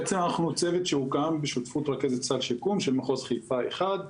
בעצם אנחנו צוות שהוקם בשותפות רכזת סל שיקום של מחוז חיפה 1,